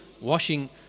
washing